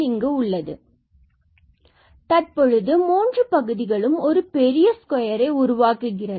f12rh2r22hkrsk2rt f12rh2r22hkrsk2s2 k2s2k2rt தற்பொழுது மூன்று பகுதிகளும் ஒரு பெரிய ஸ்கொயர் ஐ உருவாக்குகிறது